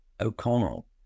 O'Connell